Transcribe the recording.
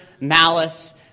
malice